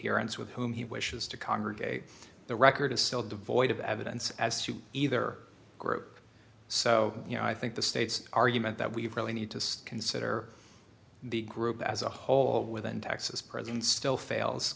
adherence with whom he wishes to congregate the record is still devoid of evidence as to either group so you know i think the state's argument that we really need to consider the group as a whole within texas prison still fails